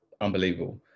unbelievable